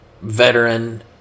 veteran